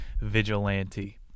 Vigilante